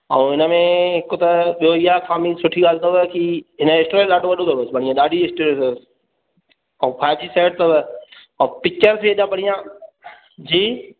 उन खां ब सुठी ॻाल्हि तव कि हिन जो स्टोरेज ॾाढो वॾो तवस ॾाढी स्टोरेज तवस अऊं फाइव जी सेविन तव जी